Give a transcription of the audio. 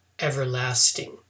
everlasting